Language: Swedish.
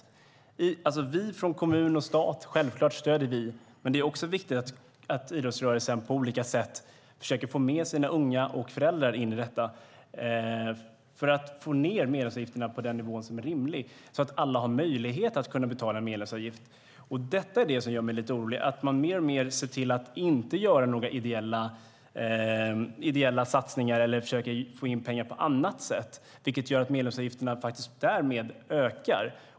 Självklart stöder kommun och stat, men det är också viktigt att idrottsrörelsen på olika sätt försöker få med sina unga och deras föräldrar in i detta för att få ned medlemsavgifterna till en nivå som är rimlig, så att alla har möjlighet att betala medlemsavgift. Det som gör mig lite orolig är att man gör allt mindre ideella satsningar eller försöker få in pengar på annat sätt, vilket gör att medlemsavgifterna därmed ökar.